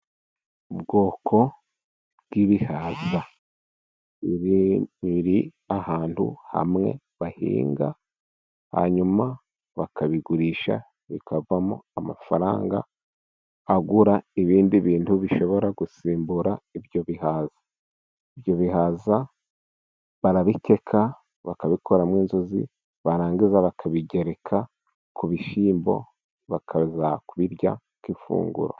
Ubwoko bw'ibihaza， biri ahantu hamwe bahinga， hanyuma bakabigurisha， bikavamo amafaranga agura ibindi bintu， bishobora gusimbura ibyo bihaza， ibyo bihaza barabikeka，bakabikuramo inzuzi，barangiza bakabigereka ku bishyimb， bakaza kubirya nk'ifunguro.